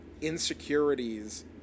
insecurities